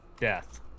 death